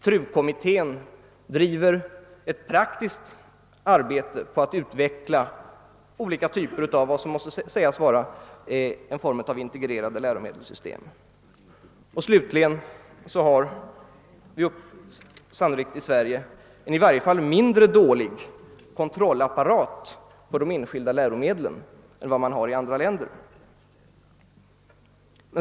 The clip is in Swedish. TRU-kommittén bedriver ett praktiskt arbete på att utveckla olika typer av vad som måste sägas vara en form av integrerade läromedelssystem. Slutligen har vi sannolikt i Sverige en i varje fall mindre dålig kontrollapparat för de enskilda läromedlen än man har i andra länder.